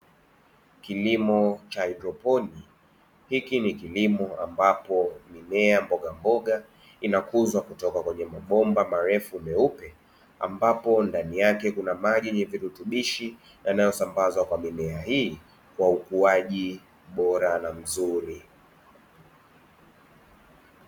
Kilimo cha haidroponi hiki ni kilimo ambapo mimea mbogamboga inakuzwa kutoka kwenye mabomba marefu meupe, ambapo ndani yake kuna maji yenye virutubishi yanayosambazwa kwa mimea hii kwa ukuaji bora na mzuri.